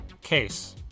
case